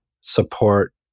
support